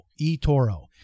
eToro